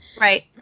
right